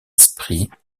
esprits